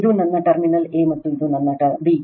ಇದು ನನ್ನ terminal A ಮತ್ತು ಇದು ನನ್ನ ಬಿ